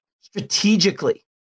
strategically